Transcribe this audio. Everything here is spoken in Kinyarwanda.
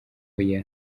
hoya